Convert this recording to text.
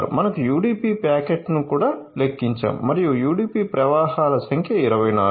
మనం UDP ప్యాకెట్ను కూడా లెక్కించాము మరియు UDP ప్రవాహాల సంఖ్య 24